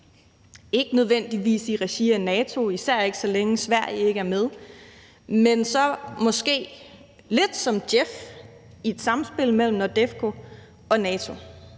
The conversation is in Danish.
ikke nødvendigvis i regi af NATO, især ikke så længe Sverige ikke er med, men så måske lidt som JEF i et samspil mellem NORDEFCO og NATO,